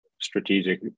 strategic